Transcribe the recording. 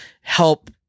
help